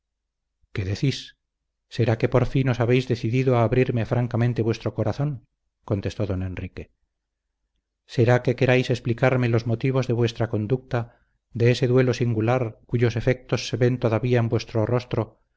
qué decís será que por fin os habréis decidido a abrirme francamente vuestro corazón contestó don enrique será que queráis explicarme los motivos de vuestra conducta de ese duelo singular cuyos efectos se ven todavía en vuestro rostro